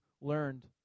learned